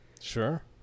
Sure